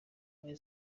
muri